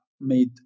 made